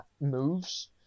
moves